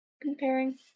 Comparing